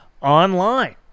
online